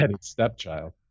stepchild